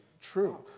true